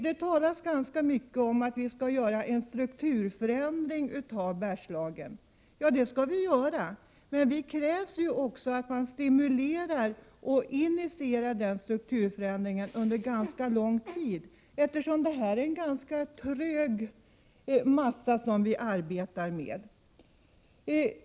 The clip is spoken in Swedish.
Det talas ganska mycket om att vi skall göra en strukturförändring i Bergslagen. Ja, det skall vi göra, men då krävs också att man stimulerar och initierar detta under ganska lång tid, eftersom det är en trög massa som vi arbetar med.